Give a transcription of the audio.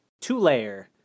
Two-layer